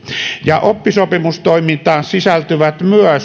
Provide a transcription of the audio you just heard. ja oppisopimustoimintaan sisältyvät myös